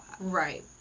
Right